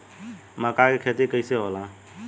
मका के खेती कइसे होला?